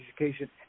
education